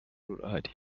rurahari